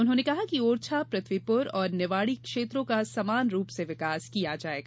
उन्होंने कहा कि ओरछा पृथ्वीपुर और निवाड़ी क्षेत्रों का समान रूप से विकास किया जायेगा